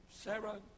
Sarah